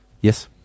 Yes